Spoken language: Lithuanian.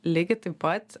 lygiai taip pat